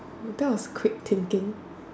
oh that was quick thinking